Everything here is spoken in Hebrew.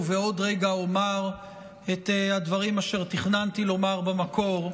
ובעוד רגע אומר את הדברים אשר תכננתי לומר במקור,